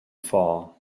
fall